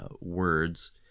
words